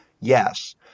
Yes